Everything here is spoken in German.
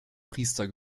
priester